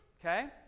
Okay